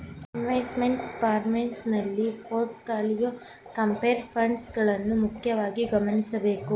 investment performance ನಲ್ಲಿ portfolio, compare funds ಗಳನ್ನ ಮುಖ್ಯವಾಗಿ ಗಮನಿಸಬೇಕು